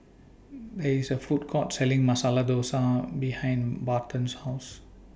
There IS A Food Court Selling Masala Dosa behind Barton's House